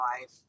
life